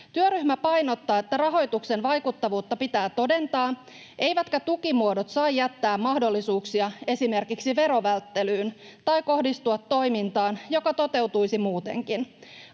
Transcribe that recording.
Työryhmä painottaa, että rahoituksen vaikuttavuutta pitää todentaa eivätkä tukimuodot saa jättää mahdollisuuksia esimerkiksi verovälttelyyn tai kohdistua toimintaan, joka toteutuisi muutenkin.